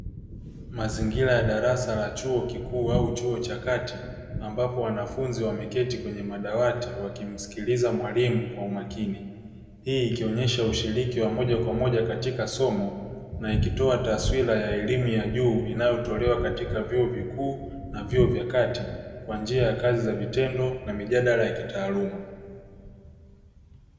Mazingira ya darasa la chuo kikuu au chuo cha kati; ambapo wanafunzi wameketi kwenye madawati wakimsikiliza mwalimu kwa umakini, hii ikionyesha ushiriki wa moja kwa moja katika somo na ikitoa taswira ya elimu ya juu, inayotolewa katika vyuo vikuu na vyuo vya kwa njia ya kazi za vitendo na mijadala ya kitaaluma.